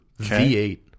V8